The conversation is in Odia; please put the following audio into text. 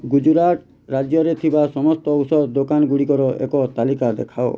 ଗୁଜୁରାଟ ରାଜ୍ୟରେ ଥିବା ସମସ୍ତ ଔଷଧ ଦୋକାନଗୁଡ଼ିକର ଏକ ତାଲିକା ଦେଖାଅ